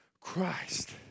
Christ